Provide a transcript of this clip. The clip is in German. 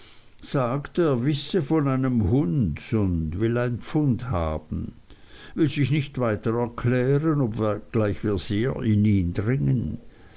sagt er wisse von einem hund und will ein pfund haben will sich nicht weiter erklären obgleich wir sehr in ihn dringen